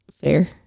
fair